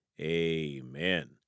amen